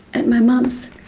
at my mum's.